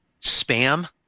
spam